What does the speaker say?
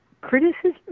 criticism